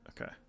Okay